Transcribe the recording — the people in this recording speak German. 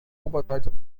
oberseite